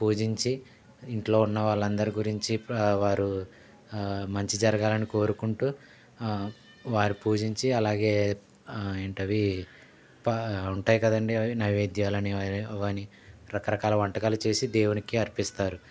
పూజించి ఇంట్లో ఉన్న వాళ్ళందరి గురించి వారు మంచి జరగాలని కోరుకుంటూ వారి పూజించి అలాగే ఏంటవి పా ఉంటాయి కదండీ అవి నైవేద్యాలని అవని రకరకాల వంటకాలు చేసి దేవునికి అర్పిస్తారు